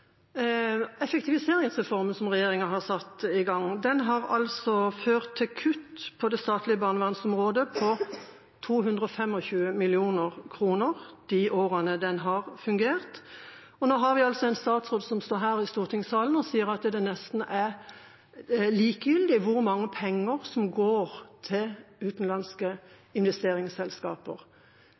Effektiviseringsreformen som regjeringa har satt i gang, har ført til kutt på det statlige barnevernsområdet på 225 mill. kr i de årene den har fungert. Nå har vi altså en statsråd som står her i stortingssalen og sier at det nesten er likegyldig hvor mange penger som går til utenlandske investeringsselskaper.